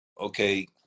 okay